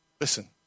Listen